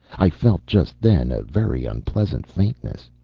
i felt just then a very unpleasant faintness.